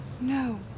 no